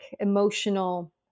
emotional